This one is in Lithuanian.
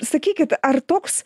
sakykit ar toks